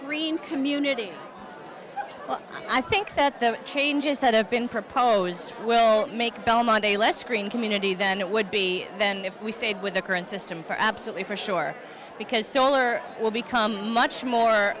green community i think that the changes that have been proposed will make belmont a less green community then it would be then if we stayed with the current system for absolutely for sure because solar will become much more